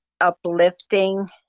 uplifting